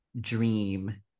Dream